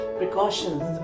precautions